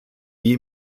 wie